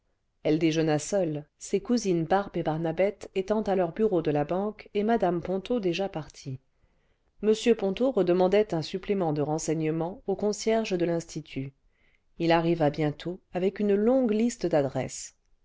elle déjeuna seule ses cousines barbe et barnabette étant à leurs bureaux de la banque et mme ponto déjà partie m ponto redemandait un supplément de renseignements au concierge cle l'institut il arriva bientôt avec une longue liste d'adresses